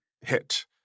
hit